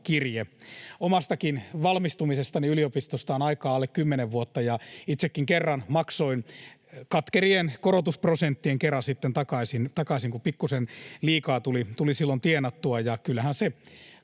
Omastakin valmistumisestani yliopistosta on aikaa alle kymmenen vuotta, ja itsekin kerran maksoin katkerien korotusprosenttien kera sitten takaisin, kun pikkuisen liikaa tuli silloin tienattua,